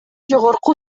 жогорку